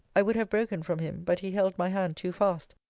i would have broken from him but he held my hand too fast.